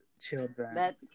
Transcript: children